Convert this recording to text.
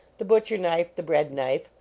the butcher-knife, the bread knife,